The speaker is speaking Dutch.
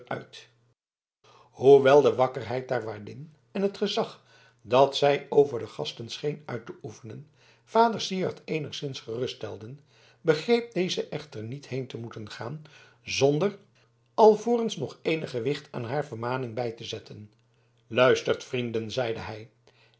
uit hoewel de wakkerheid der waardin en het gezag dat zij over haar gasten scheen uit te oefenen vader syard eenigszins geruststelden begreep deze echter niet heen te moeten gaan zonder alvorens nog eenig gewicht aan haar vermaning bij te zetten luistert vrienden zeide hij